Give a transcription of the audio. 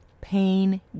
pain